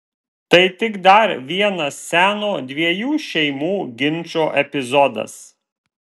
tai tik dar vienas seno dviejų šeimų ginčo epizodas